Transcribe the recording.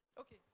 Okay